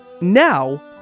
Now